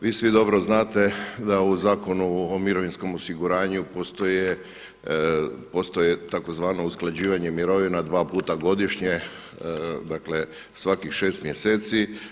Vi svi dobro znate da u Zakonu o mirovinskom osiguranju postoje tzv. usklađivanje mirovina dva puta godišnje, dakle svakih šest mjeseci.